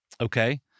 Okay